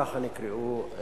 ככה נקראו,